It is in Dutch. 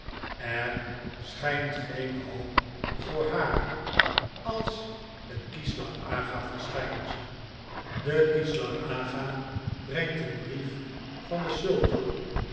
er schijnt geen hoop voor haar als als de kislar aga verschijnt de kislar aga brengt een brief van den sultan